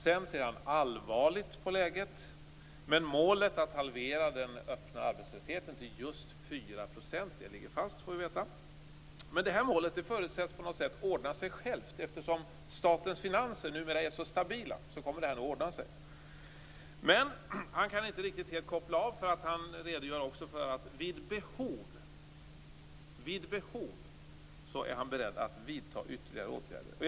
Sedan ser han allvarligt på läget, men målet att halvera den öppna arbetslösheten till just 4 % ligger fast, får vi veta. Men det förutsätts på något sätt ordna sig självt. Eftersom statens finanser numera är så stabila kommer det här nog att ordna sig. Men Thomas Östros kan ändå inte helt koppla av. Han redogör också för att han är beredd att vidta ytterligare åtgärder "vid behov".